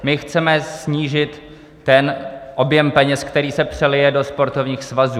My chceme snížit ten objem peněz, který se přelije do sportovních svazů.